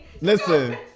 Listen